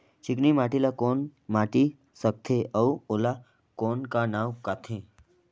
चिकनी माटी ला कौन माटी सकथे अउ ओला कौन का नाव काथे?